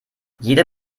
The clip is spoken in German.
jeder